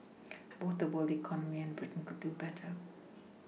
both the world economy and Britain could do better